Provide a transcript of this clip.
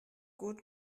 gut